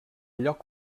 lloc